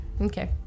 Okay